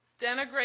denigrate